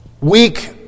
weak